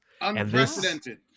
Unprecedented